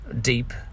deep